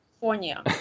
California